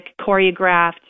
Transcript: choreographed